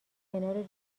کنار